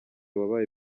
wabaye